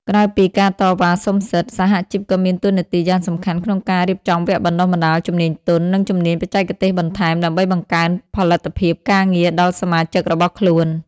ក្រៅពីការតវ៉ាសុំសិទ្ធិ សហជីពក៏មានតួនាទីយ៉ាងសំខាន់ក្នុងការរៀបចំវគ្គបណ្តុះបណ្តាលជំនាញទន់ និងជំនាញបច្ចេកទេសបន្ថែម ដើម្បីបង្កើនផលិតភាពការងារដល់សមាជិករបស់ខ្លួន។